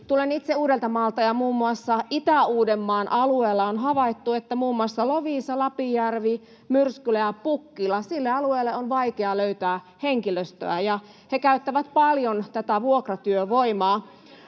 Tuli se taitettu indeksi!] ja muun muassa Itä-Uudenmaan alueella on havaittu, että muun muassa Loviisan, Lapinjärven, Myrskylän ja Pukkilan alueelle on vaikea löytää henkilöstöä. He käyttävät paljon vuokratyövoimaa.